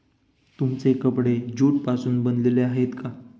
तुमचे कपडे ज्यूट पासून बनलेले आहेत का?